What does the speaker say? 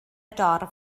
dorf